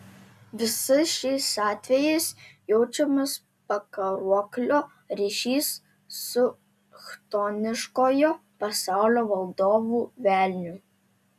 visais šiais atvejais jaučiamas pakaruoklio ryšys su chtoniškojo pasaulio valdovu velniu